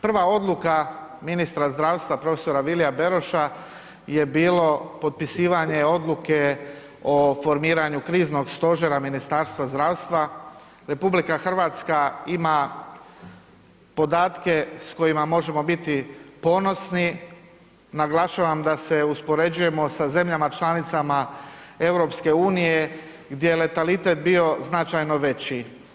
Prva odluka ministra zdravstva, prof. Vilija Beroša je bilo potpisivanje odluke o formiranju kriznog stožera Ministarstva zdravstva, RH ima podatke s kojima možemo biti ponosni, naglašavam da se uspoređujemo sa zemljama članicama EU-a gdje je letalitet bio značajno veći.